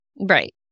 Right